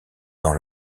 dans